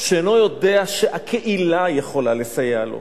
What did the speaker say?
שאינו יודע שהקהילה יכולה לסייע לו.